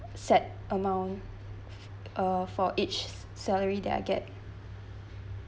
set amount uh for each salary that I get